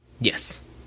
Yes